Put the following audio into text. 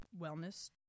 wellness